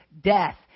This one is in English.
death